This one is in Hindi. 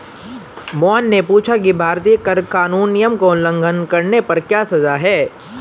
मोहन ने पूछा कि भारतीय कर कानून नियम का उल्लंघन करने पर क्या सजा है?